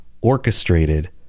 orchestrated